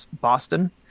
Boston